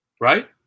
Right